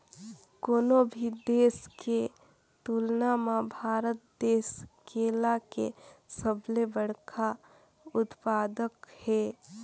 कोनो भी देश के तुलना म भारत देश केला के सबले बड़खा उत्पादक हे